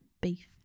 beef